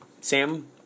Sam